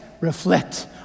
reflect